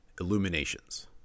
Illuminations